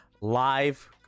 live